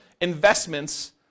investments